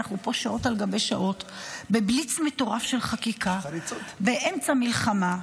אנחנו פה שעות על גבי שעות בבליץ מטורף של חקיקה באמצע מלחמה.